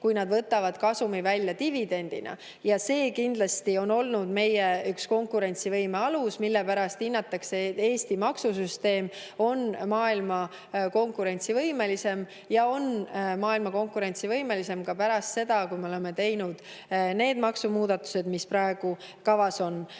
kui nad võtavad kasumi välja dividendina. See on kindlasti olnud üks meie konkurentsivõime aluseid, mille pärast hinnatakse Eesti maksusüsteemi maailmas konkurentsivõimelisemaks ja ta on maailmas konkurentsivõimelisem ka pärast seda, kui me oleme teinud need maksumuudatused, mis praegu kavas on.